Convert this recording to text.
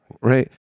right